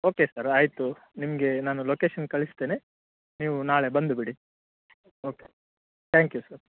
okay sir ಆಯಿತು ನಿಮಗೆ ನಾನು ಲೊಕೇಷನ್ ಕಳಿಸ್ತೇನೆ ನೀವು ನಾಳೆ ಬಂದು ಬಿಡಿ ಓಕೆ ತ್ಯಾಂಕ್ ಯು ಸರ್